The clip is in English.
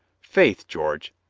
faith, george,